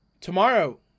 Tomorrow